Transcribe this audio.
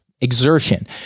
exertion